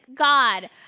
God